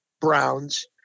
Browns